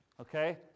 okay